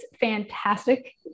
fantastic